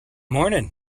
morning